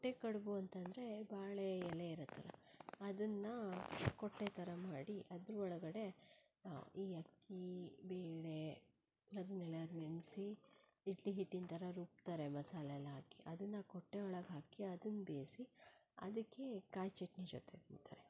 ಕೊಟ್ಟೆ ಕಡುಬು ಅಂತಂದರೆ ಬಾಳೆ ಎಲೆ ಇರುತ್ತಲ ಅದನ್ನ ಕೊಟ್ಟೆ ಥರ ಮಾಡಿ ಅದ್ರ ಒಳಗಡೆ ಈ ಅಕ್ಕಿ ಈ ಬೇಳೆ ಅದನ್ನೆಲ್ಲ ನೆನೆಸಿ ಇಡ್ಲಿ ಹಿಟ್ಟಿನ ಥರ ರುಬ್ತಾರೆ ಮಸಾಲೆ ಎಲ್ಲ ಹಾಕಿ ಅದನ್ನ ಕೊಟ್ಟೆ ಒಳಗೆ ಹಾಕಿ ಅದನ್ನ ಬೇಯ್ಸಿ ಅದಕ್ಕೆ ಕಾಯಿ ಚಟ್ನಿ ಜೊತೆ ತಿಂತಾರೆ